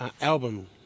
album